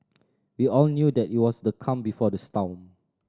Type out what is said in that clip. we all knew that it was the calm before the storm